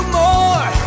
more